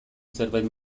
zerbait